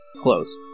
close